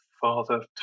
father